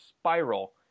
spiral